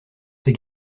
ces